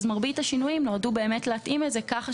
מרבית השינויים נועדו להתאים את זה כך,